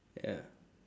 ya